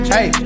Hey